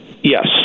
Yes